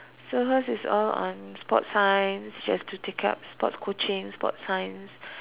so hers is all on sports science she has to take up sports coaching sports science